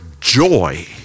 joy